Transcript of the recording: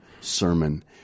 sermon